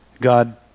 God